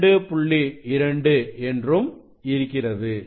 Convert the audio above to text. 2 என்றும் இருக்கிறது